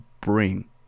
bring